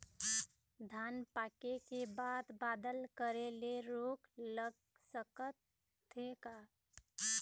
धान पाके के बाद बादल करे ले रोग लग सकथे का?